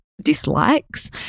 dislikes